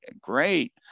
Great